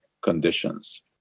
conditions